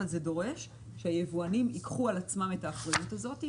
אבל זה דורש שיבואנים ייקחו על עצמם את האחריות הזאת.